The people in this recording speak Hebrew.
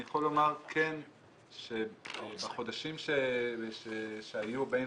אני יכול לומר שהחודשים שהיו בין